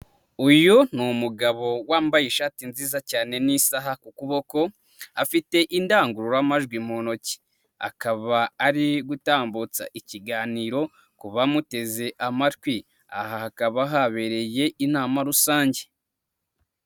Uyu ni umugabo wambaye ishati nziza cyane n'isaha ku kuboko, afite indangururamajwi mu ntoki, akaba ari gutambutsa ikiganiro kubamuteze amatwi, aha hakaba habereye inama rusange.